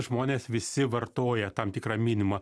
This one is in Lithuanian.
žmonės visi vartoja tam tikrą minimumą